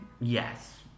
Yes